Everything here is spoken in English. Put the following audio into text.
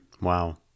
wow